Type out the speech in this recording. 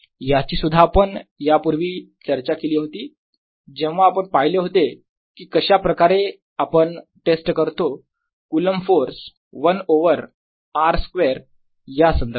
याचीसुद्धा आपण यापूर्वी चर्चा केली होती जेव्हा आपण पहिले होते कि कशाप्रकारे आपण टेस्ट केला जातो coulomb force 1 over r square यासंबंधात